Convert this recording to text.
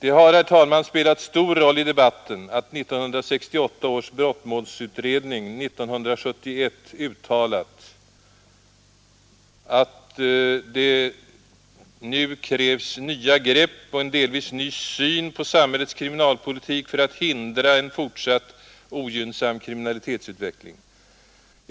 Det har, herr talman, spelat stor roll i debatten att 1968 års brottmålsutredning 1971 uttalat att det nu krävs nya grepp och en delvis ny syn på samhällets kriminalpolitik för att hindra en fortsatt ogynnsam kriminalitetsutveckling.